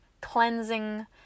cleansing